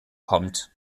kommt